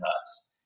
nuts